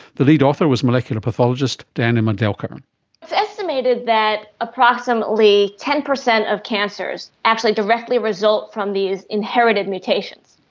the lead author was a molecular pathologist diana mandelker. it is estimated that approximately ten percent of cancers actually directly result from these inherited mutations.